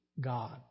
God